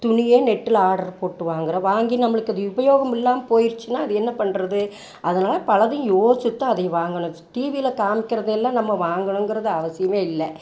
துணியே நெட்டில் ஆர்ட்ரு போட்டு வாங்கிறோம் வாங்கி நம்மளுக்கு அது உபயோகம் இல்லாமல் போயிருச்சுனா அது என்ன பண்ணுறது அதனால் பலதையும் யோசிச்சுட்டு தான் அதை வாங்கணும் டிவியில் காமிக்கிறதை எல்லாம் நம்ம வாங்கணுங்கிறது அவசியமே இல்லை